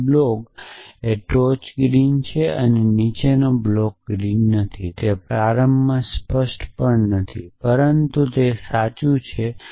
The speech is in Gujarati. અહી બ્લોક ટોચ ગ્રીન છે કે નીચેનો બ્લોક ગ્રીન નથી તે પ્રારંભમાં સ્પષ્ટ પણ નથી પણ તે સાચું છે